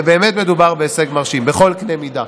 ובאמת מדובר בהישג מרשים בכל קנה מידה.